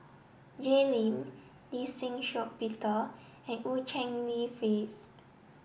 Jay Lim Lee Shih Shiong Peter and Eu Cheng Li Phyllis